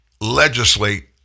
legislate